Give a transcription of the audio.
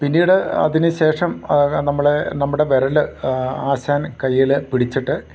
പിന്നീട് അതിനു ശേഷം നമ്മളെ നമ്മുടെ വിരൽ ആശാൻ കയ്യിൽ പിടിച്ചിട്ട്